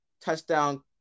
touchdown